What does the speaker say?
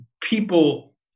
people